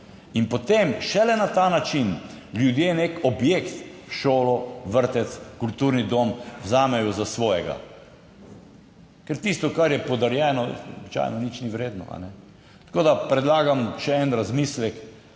In potem šele na ta način ljudje neki objekt, šolo, vrtec, kulturni dom vzamejo za svojega, ker tisto, kar je podarjeno, običajno nič ni vredno. Tako da predlagam še en razmislek